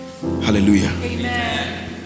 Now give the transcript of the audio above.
hallelujah